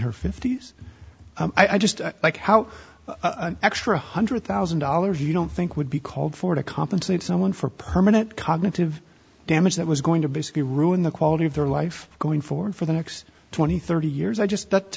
her fifty's i just like how extra one hundred thousand dollars you don't think would be called for to compensate someone for permanent cognitive damage that was going to basically ruin the quality of their life going forward for the next twenty thirty years i just t